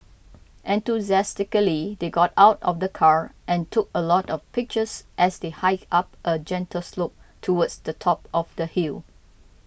enthusiastically they got out of the car and took a lot of pictures as they hiked up a gentle slope towards the top of the hill